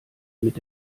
mit